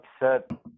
upset